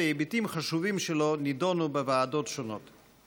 והיבטים חשובים שלו נדונו בוועדות השונות.